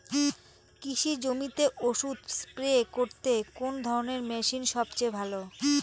কৃষি জমিতে ওষুধ স্প্রে করতে কোন ধরণের মেশিন সবচেয়ে ভালো?